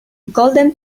golden